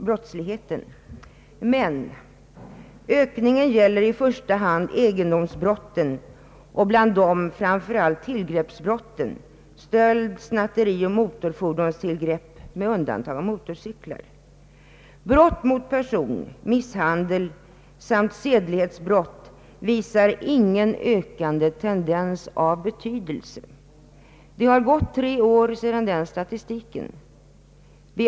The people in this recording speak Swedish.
Ökningen gäller, enligt professor Knut Sveri, i första hand egendomsbrotten och bland dessa framför allt tillgreppsbrotten — stöld, snatteri och tillgrepp av motorfordon med undantag av motorcyklar. Brott mot person — misshandel — samt sedlighetsbrott visar ingen ökande tendens av betydelse. Det har gått tre år sedan den statistiken upprättades.